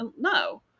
No